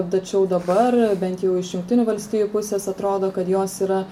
tačiau dabar bent jau iš jungtinių valstijų pusės atrodo kad jos yra